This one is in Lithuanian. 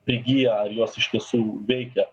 prigyja ar jos iš tiesų veikia